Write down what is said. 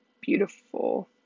beautiful